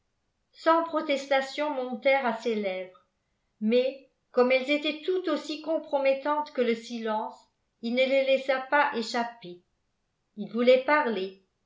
cent protestations montèrent à ses lèvres mais comme elles étaient toutes aussi compromettantes que le silence il ne les laissa pas échapper il voulait parler